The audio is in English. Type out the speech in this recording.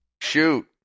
Shoot